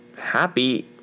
happy